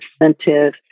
incentive